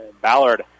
Ballard